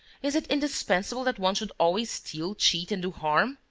is it indispensable that one should always steal, cheat and do harm?